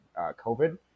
COVID